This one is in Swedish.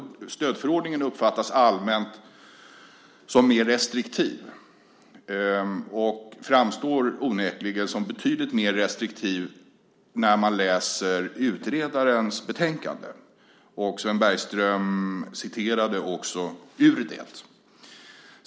Stödförordningen uppfattas allmänt som mer restriktiv, och den framstår onekligen som betydligt mer restriktiv när man läser utredarens betänkande som Sven Bergström refererade till.